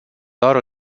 doar